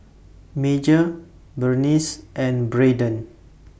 Major Berniece and Brayden